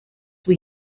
were